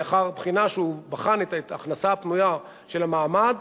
לאחר בחינה שהוא בחן את ההכנסה הפנויה של המעמד,